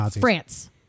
France